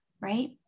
right